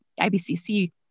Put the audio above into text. IBCC